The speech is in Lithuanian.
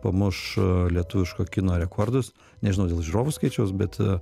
pamuš lietuviško kino rekordus nežinau dėl žiūrovų skaičiaus bet